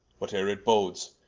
what ere it bodes,